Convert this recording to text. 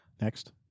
Next